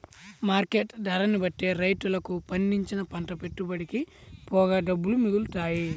market ధరని బట్టే రైతులకు పండించిన పంట పెట్టుబడికి పోగా డబ్బులు మిగులుతాయి